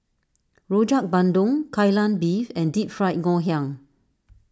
Rojak Bandung Kai Lan Beef and Deep Fried Ngoh Hiang